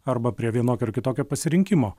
arba prie vienokio ar kitokio pasirinkimo